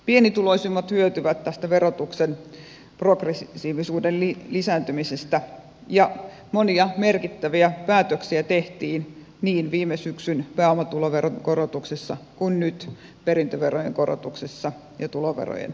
pienituloisimmat hyötyvät tästä verotuksen progressiivisuuden lisääntymisestä ja monia merkittäviä päätöksiä tehtiin niin viime syksyn pääomatuloveron korotuksessa kuin nyt perintöverojen korotuksessa ja tuloverojen osalta